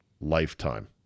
lifetime